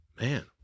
Man